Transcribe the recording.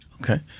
Okay